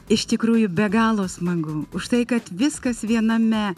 iš tikrųjų be galo smagu už tai kad viskas viename